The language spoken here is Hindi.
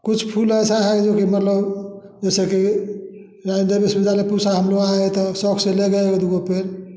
कुछ फूल ऐसे हैं जो कि मतलब जैसे कि यहाँ जब विश्वविद्यालय पर हम लोग आ रहे थे और शौक़ से ले गए और वो पेड़